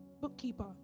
bookkeeper